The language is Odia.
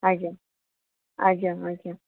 ଆଜ୍ଞା ଆଜ୍ଞା ଆଜ୍ଞା